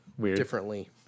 differently